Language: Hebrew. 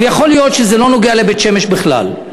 יכול להיות שזה לא נוגע לבית-שמש בכלל,